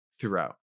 throughout